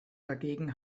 dagegen